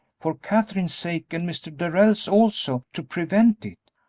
for katherine's sake and mr. darrell's also, to prevent it.